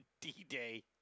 D-Day